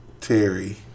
Terry